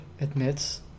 admits